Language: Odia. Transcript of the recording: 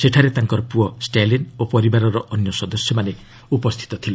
ସେଠାରେ ତାଙ୍କ ପୁଅ ଷ୍ଟାଲିନ୍ ଓ ପରିବାରର ଅନ୍ୟ ସଦସ୍ୟମାନେ ଉପସ୍ଥିତ ଥିଲେ